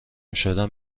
شدن